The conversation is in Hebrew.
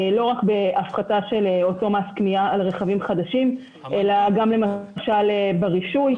לא רק בהפחתה של מס קנייה על רכבים חדשים אלא גם למשל ברישוי,